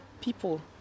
people